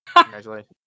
Congratulations